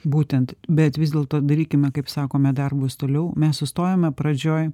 būtent bet vis dėlto darykime kaip sakome darbus toliau mes sustojome pradžioj